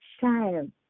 child